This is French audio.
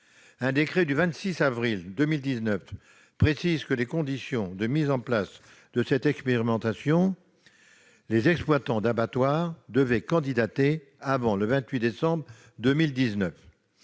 Un décret du 26 avril 2019 précise les conditions de mise en place de cette expérimentation. Les exploitants d'abattoir devaient candidater avant le 28 décembre 2019.